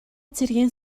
цэргийн